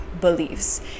beliefs